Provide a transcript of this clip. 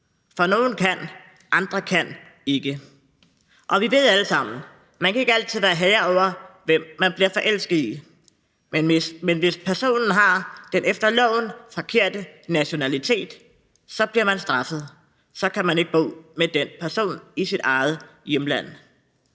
i. Nogle kan, og andre kan ikke. Og vi ved alle sammen, at man ikke altid kan være herre over, hvem man bliver forelsket i, men hvis personen har den efter loven forkerte nationalitet, bliver man straffet; så kan man ikke bo med den person i sit eget hjemland.